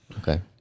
Okay